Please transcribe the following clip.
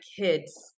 kids